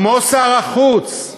כמו שר החוץ,